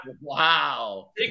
Wow